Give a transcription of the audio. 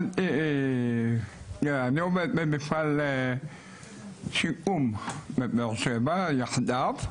אני עובד בכלל שיקום בבאר שבע, יחדיו.